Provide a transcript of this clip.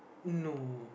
no